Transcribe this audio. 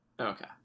Okay